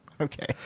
Okay